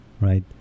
Right